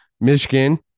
Michigan